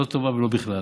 לא טובה ולא בכלל.